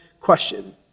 question